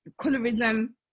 Colorism